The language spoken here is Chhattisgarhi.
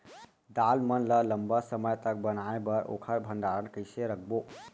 दाल मन ल लम्बा समय तक बनाये बर ओखर भण्डारण कइसे रखबो?